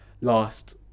last